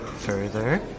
Further